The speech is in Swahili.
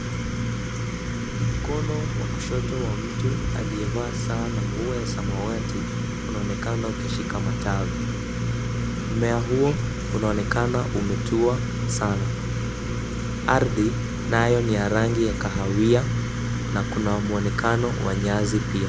Mkono wa kushoto wa mtu aliyevaa saa na nguo ya samawati unaonekana ukishika matawi. Mmea huo unaonekana umetua sana. Ardhi nayo ni ya rangi ya kahawia na kuna mwonekano wa nyasi pia.